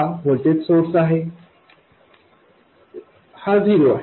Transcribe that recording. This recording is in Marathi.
हा व्होल्टेज सोर्स आहे झिरो आहे